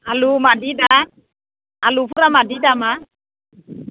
आलु माबायदि दा आलुफोरा माबायदि दामा